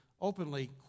openly